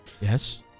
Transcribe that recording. Yes